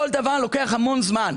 כל דבר לוקח המון זמן.